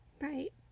Right